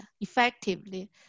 effectively